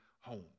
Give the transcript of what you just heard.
home